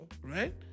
right